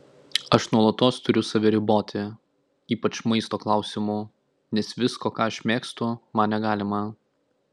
aš nuolatos turiu save riboti ypač maisto klausimu nes visko ką aš mėgstu man negalima